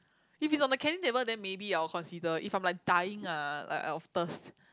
if it's on the canteen table then maybe I will consider if I'm like dying ah like of thirst